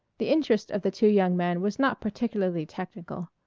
the interest of the two young men was not particularly technical.